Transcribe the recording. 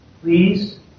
please